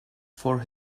for